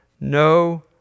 no